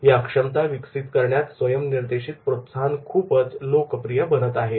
या क्षमता विकसित करण्याकरता स्वयम् निर्देशीत प्रोत्साहन खूपच लोकप्रिय बनत आहे